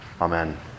Amen